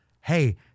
hey